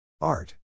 Art